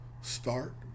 start